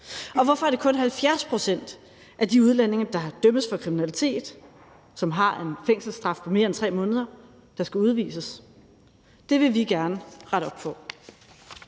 Og hvorfor er det kun 70 pct. af de udlændinge, der dømmes for kriminalitet, som har en fængselsstraf på mere end 3 måneder, der skal udvises? Det vil vi gerne rette op på.